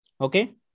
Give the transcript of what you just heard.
Okay